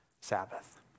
Sabbath